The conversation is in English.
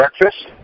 breakfast